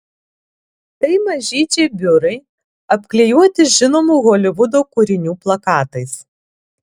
tai mažyčiai biurai apklijuoti žinomų holivudo kūrinių plakatais